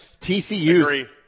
tcu